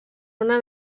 una